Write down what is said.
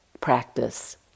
practice